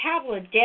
tablet